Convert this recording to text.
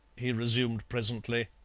he resumed presently.